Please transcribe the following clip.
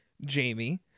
jamie